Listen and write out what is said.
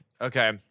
okay